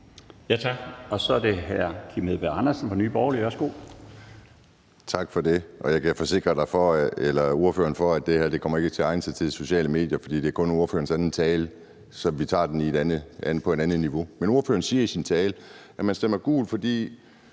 Tak for det. Jeg kan forsikre ordføreren for, at det her ikke kommer til at egne sig til sociale medier, for det er kun ordførerens anden tale. Så vi tager det på et andet niveau. Ordføreren siger i sin tale, at man stemmer gult, fordi